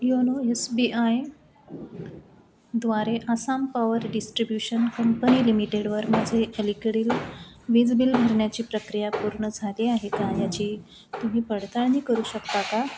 YONO S B I द्वारे Assam power distribution company लिमिटेडवर माझे अलीकडील वीज बिल भरण्याची प्रक्रिया पूर्ण झाली आहे का याची तुम्ही पडताळणी करू शकता का